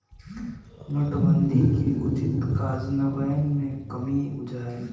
नोटबन्दि के उचित काजन्वयन में कम्मि बुझायल